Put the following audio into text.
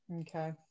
Okay